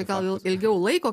gal jau ilgiau laiko